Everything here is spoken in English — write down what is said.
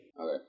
Okay